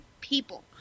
people